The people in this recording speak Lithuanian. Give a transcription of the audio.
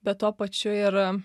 bet tuo pačiu ir